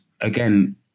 again